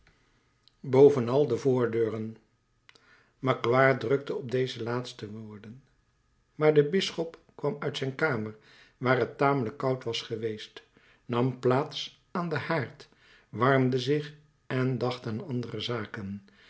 bovenal de voordeuren magloire drukte op deze laatste woorden maar de bisschop kwam uit zijn kamer waar het tamelijk koud was geweest nam plaats aan den haard warmde zich en dacht aan andere zaken